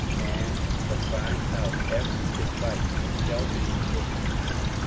and to find out every device which shall be put to him,